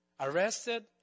arrested